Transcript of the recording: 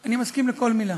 אני מסכים עם כל מילה,